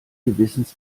gewissens